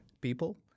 people